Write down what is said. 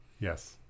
yes